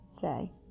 day